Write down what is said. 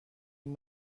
این